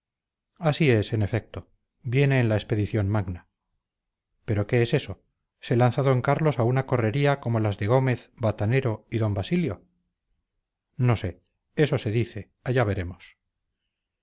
así es en efecto viene en la expedición magna pero qué es eso se lanza d carlos a una correría como las de gómez batanero y d basilio no sé eso se dice allá veremos